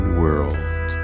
world